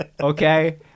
Okay